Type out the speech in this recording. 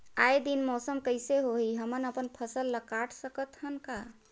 आय दिन मौसम कइसे होही, हमन अपन फसल ल काट सकत हन का?